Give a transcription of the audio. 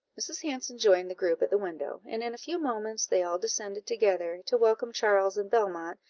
mrs. hanson joined the group at the window, and in a few moments they all descended together, to welcome charles and belmont,